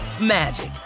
magic